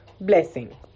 blessing